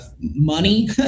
money